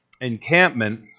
encampment